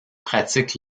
pratique